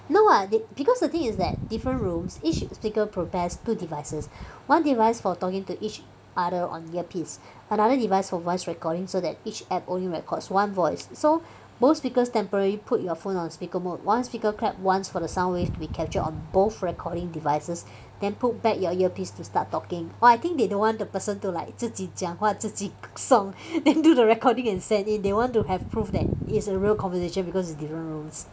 no what they because the thing is that different rooms each speaker prepares two devices one device for talking to each other on earpiece another device for voice recording so that each app only records one voice so both speakers temporarily put your phone on speaker mode one speaker claps once for the sound wave to be captured on both recording devices then put back your earpiece to start talking but I think they don't want the person to like 自己讲话自己送 then do the recording and send in they want to have prove that it is a real conversation because it's different rooms